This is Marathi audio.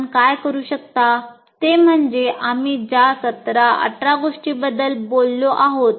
आपण काय करू शकता ते म्हणजे आम्ही ज्या 17 18 गोष्टींबद्दल बोललो आहोत